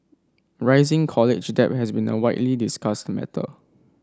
rising college debt has been a widely discussed matter